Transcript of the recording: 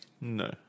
No